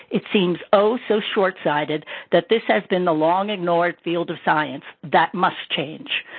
it seems oh so shortsighted that this has been the long-ignored field of science. that must change.